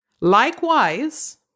Likewise